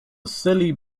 silly